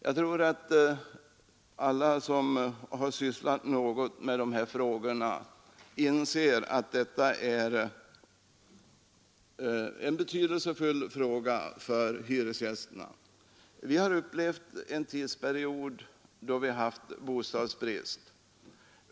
Jag tror att alla som har sysslat något med dessa frågor inser att detta är betydelsefullt för hyresgästerna. Vi har upplevt en tidsperiod då vi haft bostadsbrist.